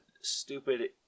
stupid